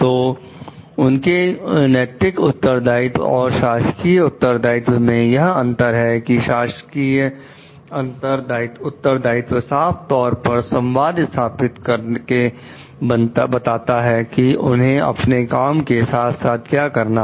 तो उनके नैतिक उत्तरदायित्व और शासकीय उत्तरदायित्व में यह अंतर है कि शासकीय अंतर दायित्व साफ तौर पर संवाद स्थापित करके बताता है कि उन्हें अपने काम के साथ क्या करना है